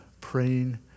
Praying